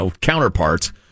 counterparts